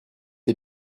les